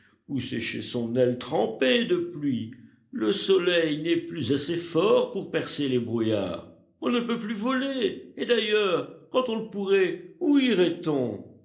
où sécher son aile trempée de pluie le soleil n'est plus assez fort pour percer les brouillards on ne peut plus voler et d'ailleurs quand on le pourrait où irait on